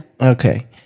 Okay